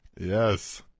Yes